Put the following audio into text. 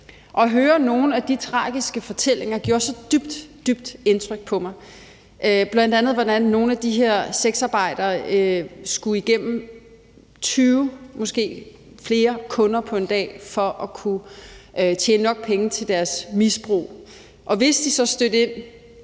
At høre nogle af de tragiske fortællinger gjorde så dybt, dybt et indtryk på mig, bl.a. om hvordan nogle af de her sexarbejdere skulle igennem 20, måske flere kunder på en dag for at kunne tjene nok penge til deres misbrug. Hvis de så stødte ind